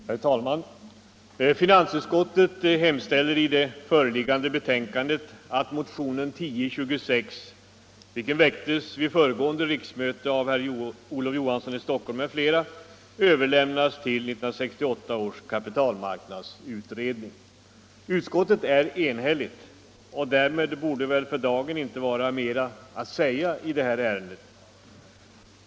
Herr talman! Finansutskottet hemställer i föreliggande betänkande att motionen 1026, vilken väcktes vid föregående riksmöte av herr Olof Johansson i Stockholm m.fl., överlämnas till 1968 års kapitalmarknadsutredning. Utskottet är enigt, och därmed borde väl för dagen inte vara mera att säga i detta ärende.